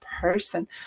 person